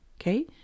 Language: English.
Okay